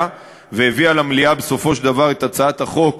והביאה למליאה בסופו של דבר את הצעת החוק,